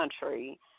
country